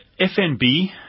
FNB